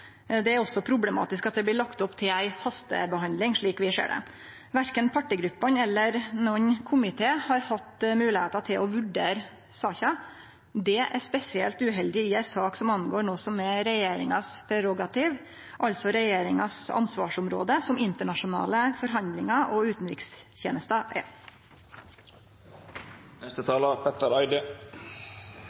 Det er også problematisk at det blir lagt opp til ei hastebehandling, slik vi ser det. Verken partigruppene eller nokon komité har hatt moglegheiter til å vurdere saka. Det er spesielt uheldig i ei sak som angår noko som er regjeringas prerogativ, altså regjeringas ansvarsområde, som internasjonale forhandlingar og utanrikstenesta